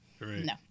no